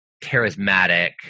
charismatic